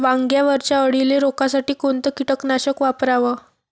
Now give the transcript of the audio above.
वांग्यावरच्या अळीले रोकासाठी कोनतं कीटकनाशक वापराव?